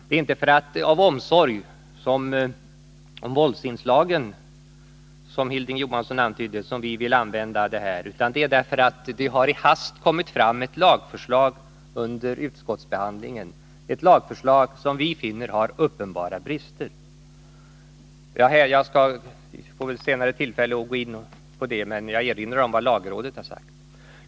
Det är inte av omsorg om våldsinslagen som vi vill använda denna möjlighet — vilket Hilding Johansson antydde — utan för att det i hast under utskottsbehandlingen har kommit fram ett lagförslag som vi anser har uppenbara brister. Jag får senare tillfälle att gå in på dessa och erinrar här bara om vad lagrådet har sagt.